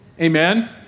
Amen